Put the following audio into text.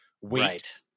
wait